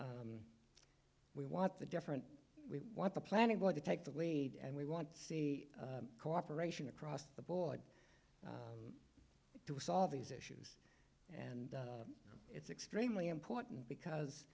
we want the different we want the planning board to take the lead and we want to see cooperation across the board to solve these issues and it's extremely important because